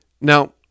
Now